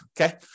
okay